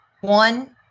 One